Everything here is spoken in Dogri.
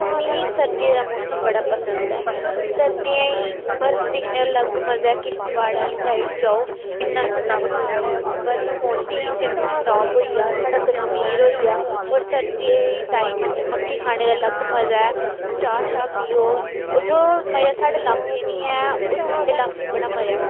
मी सर्दियें दा मौसम बड़ा पसंद ऐ सर्दियें बर्फ दिक्खने गी अलग मज़ा ऐ किश्तबाड़ आह्ली साइड जाओ इन्ना सोह्ना प्हाड़ ऐ उत्थें बर्फ पौंदी सिनथनटाप होई गेआ साढ़ा कश्मीर होई गेआ होर सर्दियें टाइम अस मक्की खाने दा अलग मज़ा ऐ चाह् शाह् पिओ ओह् जो मज़ा साढ़ै लाकै नी ऐ ओह् ठंडै लाकै बड़ा मज़ा ऐ